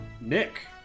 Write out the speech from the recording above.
Nick